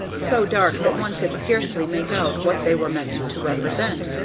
so dark that one could scarcely make out what they were meant to represent,